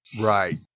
Right